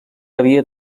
havia